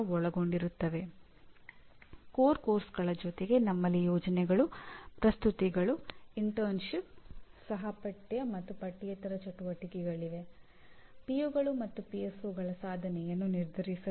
ಅಂದರೆ ಪೋಷಕರು ಸರ್ಕಾರ ವಿದ್ಯಾರ್ಥಿಗಳು ಕೈಗಾರಿಕೆಗಳು ಮತ್ತು ಹಲವಾರು ಜನರು ಅಂತಹ ಸಂಸ್ಥೆಯ ಚಟುವಟಿಕೆಗಳಲ್ಲಿ ಆಸಕ್ತಿ ಹೊಂದಿದ್ದಾರೆ